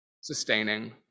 sustaining